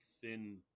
thin